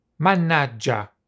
Mannaggia